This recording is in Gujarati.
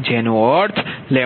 જેનો અર્થ 39